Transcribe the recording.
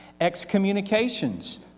Excommunications